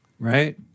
Right